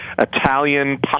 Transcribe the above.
Italian